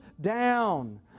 down